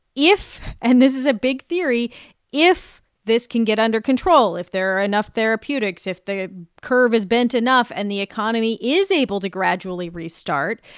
if and this is a big theory if this can get under control, if there are enough therapeutics, if the curve is bent enough and the economy is able to gradually restart,